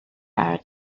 are